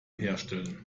herstellen